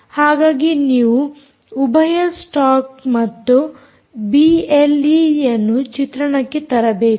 ಹಾಗಾಗಿ ನೀವು ಉಭಯ ಸ್ಟಾಕ್ ಮತ್ತು ಬಿಎಲ್ಈಯನ್ನು ಚಿತ್ರಣಕ್ಕೆ ತರಬೇಕು